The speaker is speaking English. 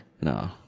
No